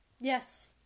Yes